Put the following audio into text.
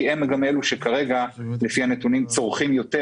כי כרגע לפי הנתונים הו צורכות יותר